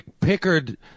Pickard